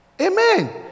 Amen